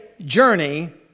journey